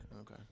Okay